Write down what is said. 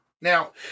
Now